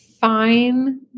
fine